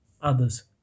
others